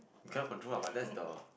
you cannot control lah but that's the